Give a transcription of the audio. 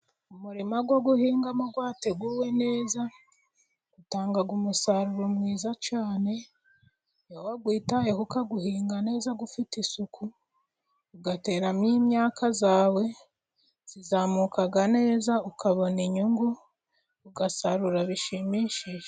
Umurima wo guhingamo wateguwe neza utanga umusaruro mwiza cyane. Iyo wawitayeho ukawuhinga neza ufite isuku, ugateramo imyaka yawe, izamuka neza ukabona inyungu ugasarura bishimishije.